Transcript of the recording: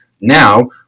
Now